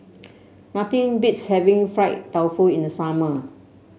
nothing beats having Fried Tofu in the summer